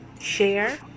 Share